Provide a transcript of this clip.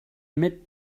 mit